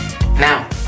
Now